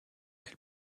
elle